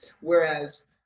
Whereas